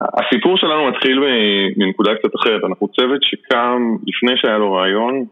הסיפור שלנו מתחיל מנקודה קצת אחרת, אנחנו צוות שקם לפני שהיה לו רעיון